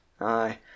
Aye